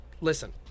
listen